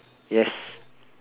yes